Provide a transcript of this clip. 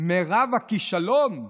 מרב הכישלון,